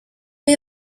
推翻